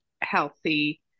healthy